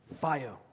fire